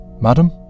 Madam